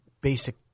basic